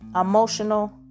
emotional